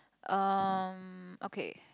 um okay